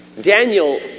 Daniel